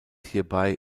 hierbei